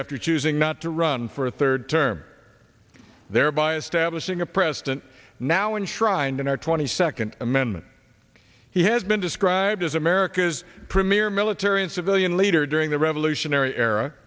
after choosing not to run for a third term thereby a stablish being a president now enshrined in our twenty second amendment he has been described as america's premier military and civilian leader during the revolutionary era